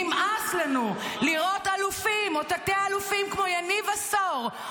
נמאס לנו לראות אלופים או תתי-אלופים כמו יניב עשור,